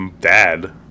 dad